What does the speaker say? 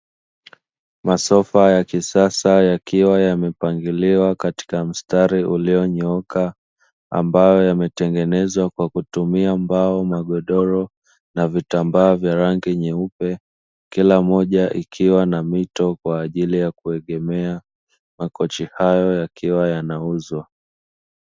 Masofa ya kisasa yakiwa yamepangiliwa katika mstari ulionyooka, ambayo yametengenezwa kwa kutumia mbao, magodoro na vitambaa vya rangi nyeupe, kila moja ikiwa na mito kwa ajili ya kuegemea, makochi hayo yakiwa yanauzwa.